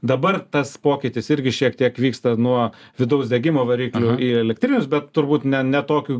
dabar tas pokytis irgi šiek tiek vyksta nuo vidaus degimo variklių į elektrinius bet turbūt ne ne tokiu